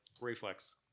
reflex